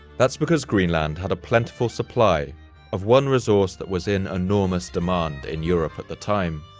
that's because greenland had a plentiful supply of one resource that was in enormous demand in europe at the time.